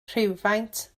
rhywfaint